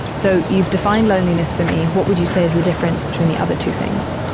so you've defined loneliness for me. what would you say is the difference between the other two things?